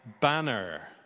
Banner